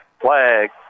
Flag